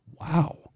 wow